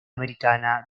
americana